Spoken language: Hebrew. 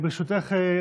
ברשותך,